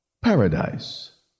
paradise